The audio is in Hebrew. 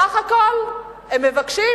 בסך הכול הם מבקשים